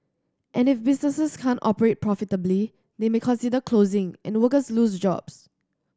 and if businesses can't operate profitably they may consider closing and workers lose jobs